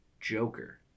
Joker